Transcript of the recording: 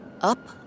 Up